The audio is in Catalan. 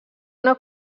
una